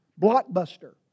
Blockbuster